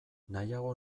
nahiago